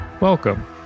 welcome